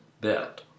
Bet